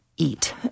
Eat